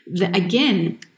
Again